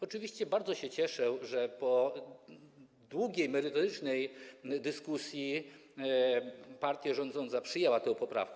Oczywiście bardzo się cieszę, że po długiej, merytorycznej dyskusji partia rządząca przyjęła tę poprawkę.